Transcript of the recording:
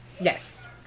yes